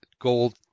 gold